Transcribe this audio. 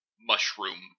mushroom